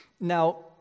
Now